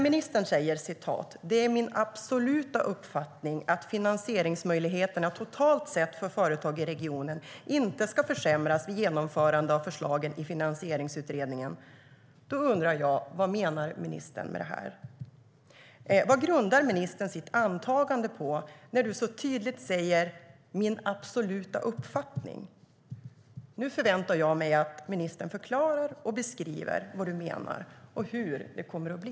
Ministern säger: "Men det är min absoluta uppfattning att finansieringsmöjligheterna totalt sett för företag i regionen inte ska försämras vid genomförande av förslagen från Finansieringsutredningen." Vad menar ministern med det här? Vad grundar ministern sitt antagande på när han så tydligt säger "min absoluta uppfattning"? Nu förväntar jag mig att ministern förklarar och beskriver vad han menar och hur det kommer att bli.